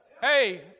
Hey